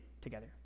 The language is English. together